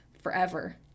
forever